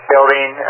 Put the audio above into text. building